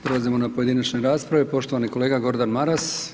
Prelazimo na pojedinačne rasprave, poštovani kolega Gordan Maras.